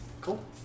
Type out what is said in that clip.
Cool